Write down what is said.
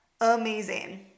Amazing